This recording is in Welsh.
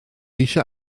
eisiau